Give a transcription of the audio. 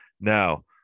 Now